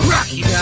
Rocky